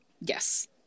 yes